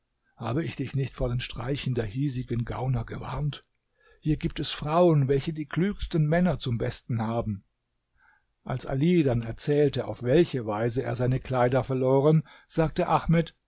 habe ich dich nicht vor den streichen der hiesigen gauner gewarnt hier gibt es frauen welche die klügsten männer zum besten haben als all dann erzählte auf welche weise er seine kleider verloren sagte ahmed